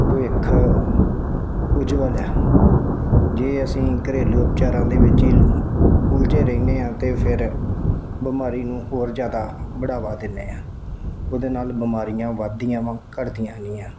ਭਵਿੱਖ ਉਜਵੱਲ ਹੈ ਜੇ ਅਸੀਂ ਘਰੇਲੂ ਉਪਚਾਰਾਂ ਦੇ ਵਿੱਚ ਹੀ ਉਲਝੇ ਰਹਿੰਦੇ ਹਾਂ ਅਤੇ ਫਿਰ ਬਿਮਾਰੀ ਨੂੰ ਹੋਰ ਜ਼ਿਆਦਾ ਬੜਾਵਾ ਦਿੰਦੇ ਹਾਂ ਉਹਦੇ ਨਾਲ ਬਿਮਾਰੀਆਂ ਵੱਧਦੀਆਂ ਵਾ ਘੱਟਦੀਆਂ ਨਹੀਂ ਆ